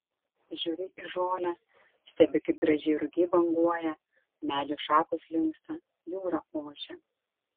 žiūri į žolę stebi kaip gražiai rugiai banguoja medžių šakos linksta jūra ošia